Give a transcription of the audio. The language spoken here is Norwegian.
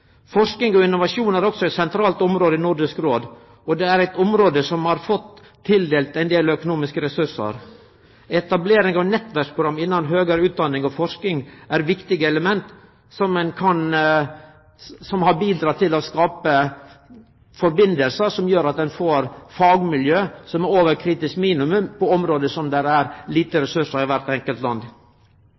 Forsking og innovasjon er også eit sentralt område i Nordisk Råd, og det er eit område som har fått tildelt ein del økonomiske ressursar. Etablering av nettverksprogram innan høgare utdanning og forsking er viktige element som har bidrege til samband og kan skape fagmiljø som er over eit kritisk minimum på område kor det er lite ressursar i kvart enkelt land.